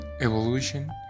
Evolution